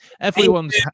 Everyone's